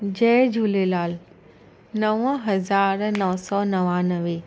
जय झूलेलाल नव हज़ार नव सौ नवानवे